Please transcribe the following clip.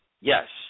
yes